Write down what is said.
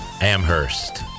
Amherst